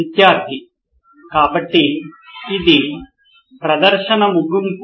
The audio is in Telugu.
విద్యార్థి కాబట్టి ఇది ప్రదర్శన ముగింపు